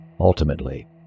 Ultimately